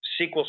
SQL